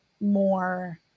more